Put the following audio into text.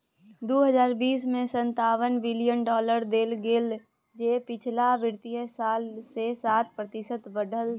दुइ हजार बीस में सनतावन बिलियन डॉलर देल गेले जे पिछलका वित्तीय साल से सात प्रतिशत बढ़ल छै